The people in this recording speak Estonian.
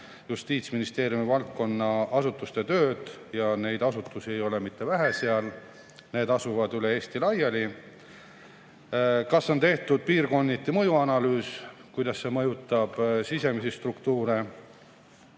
Justiitsministeeriumi valdkonna asutuste tööd? Neid asutusi ei ole vähe, need asuvad üle Eesti laiali. Kas on tehtud piirkonniti mõjuanalüüs, kuidas see mõjutab sisemisi struktuure?